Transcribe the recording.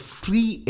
free